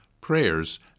prayers